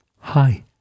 Hi